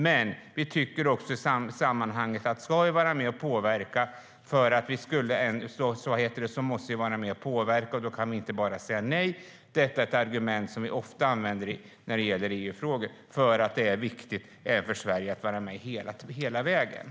Men vi tycker att om vi ska vara med, då måste vi vara med och påverka, och då kan vi inte bara säga nej. Det är ett argument som vi ofta använder i EU-frågor eftersom det är viktigt för Sverige att vara med hela vägen.